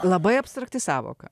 labai abstrakti sąvoka